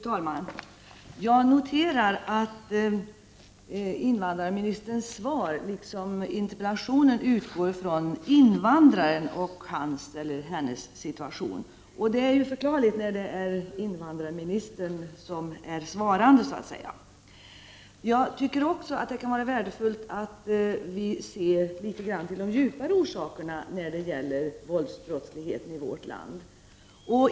Fru talman! Interpellationen liksom invandrarministerns svar utgår från invandrarnas situation. Det är förklarligt när det är invandrarministern som är svarande. Jag tycker dock att det kan vara värdefullt att se litet grand till de djupare orsakerna när det gäller våldsbrottsligheten i vårt land.